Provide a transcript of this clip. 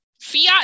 Fiat